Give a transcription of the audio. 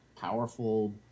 powerful